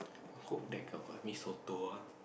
hope that got got Mee-Soto ah